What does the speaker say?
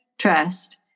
trust